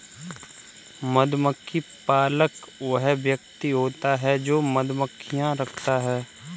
मधुमक्खी पालक वह व्यक्ति होता है जो मधुमक्खियां रखता है